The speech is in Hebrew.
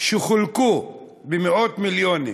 שחולקו במאות-מיליונים